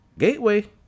gateway